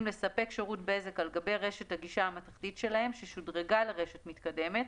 לספק שירות בזק על גבי רשת הגישה המתכתית שלהם ששודרגה לרשת מתקדמת,